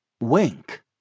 Wink